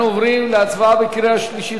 אנחנו עוברים להצבעה בקריאה שלישית.